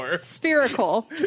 spherical